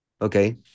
okay